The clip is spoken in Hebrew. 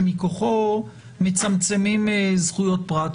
שמכוחו מצמצמים זכויות פרט.